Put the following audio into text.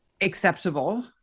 acceptable